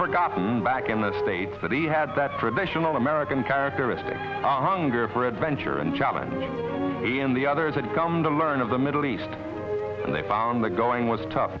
forgotten back in the states that he had that traditional american characteristic hunger for adventure and challenge in the others had come to learn of the middle east and they found the going was to